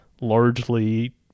largely